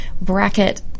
bracket